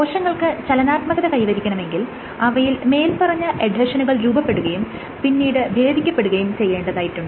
കോശങ്ങൾക്ക് ചലനാത്മകത കൈവരിക്കണമെങ്കിൽ അവയിൽ മേല്പറഞ്ഞ എഡ്ഹെഷനുകൾ രൂപപ്പെടുകയും പിന്നീട് ഭേദിക്കപെടുകയും ചെയ്യണ്ടതായിട്ടുണ്ട്